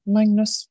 Magnus